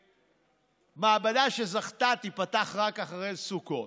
המעבדה שזכתה תיפתח רק אחרי סוכות.